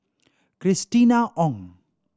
Christina Ong